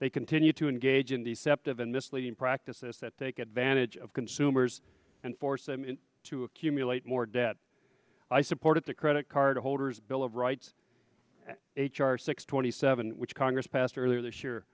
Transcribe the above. they continue to engage in the sept of and misleading practices that take advantage of consumers and force them to accumulate more debt i support the credit cardholders bill of rights h r six twenty seven which congress passed earlier this year